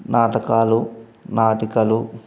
నాటకాలు నాటికలు